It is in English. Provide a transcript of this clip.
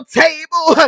table